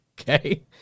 okay